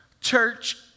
church